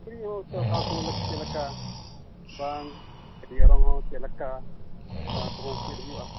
ᱛᱤᱨᱭᱳ ᱦᱚᱸ ᱚᱠᱟ ᱠᱚ ᱞᱟᱹᱠᱛᱤ ᱪᱮᱫ ᱞᱮᱠᱟ ᱵᱟᱝ ᱛᱤᱨᱭᱳ ᱚᱨᱚᱝ ᱦᱚᱸ ᱪᱮᱫ ᱞᱮᱠᱟ ᱚᱱᱟ ᱠᱚᱦᱚᱸ ᱪᱮᱫ ᱦᱩᱭᱩᱜᱼᱟ